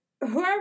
Whoever